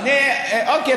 אוקיי.